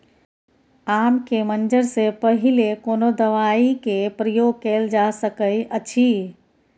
आम के मंजर से पहिले कोनो दवाई के प्रयोग कैल जा सकय अछि?